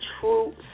true